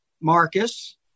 Marcus